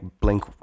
blink